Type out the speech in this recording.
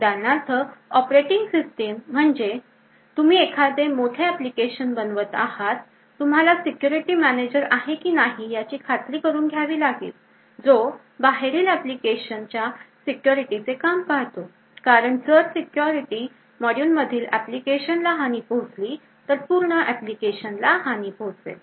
उदाहरणार्थ Operating system म्हणजे तुम्ही एखादे मोठे ऍप्लिकेशन बनवत आहात तुम्हाला सिक्युरिटी मॅनेजर आहे की नाही याची खात्री करून घ्यावी लागेल जो बाहेरील ऍप्लिकेशनच्या सिक्युरिटीचे काम पाहतो कारण जर सिक्युरिटी मॉड्यूल मधील एप्लिकेशनला हानी पोहोचली तर पूर्ण ऍप्लिकेशनला हानी पोहोचेल